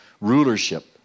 rulership